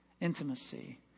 Intimacy